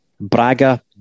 Braga